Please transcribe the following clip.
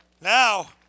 Now